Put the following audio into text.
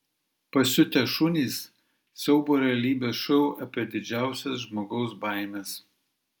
pasiutę šunys siaubo realybės šou apie didžiausias žmogaus baimes